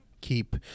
keep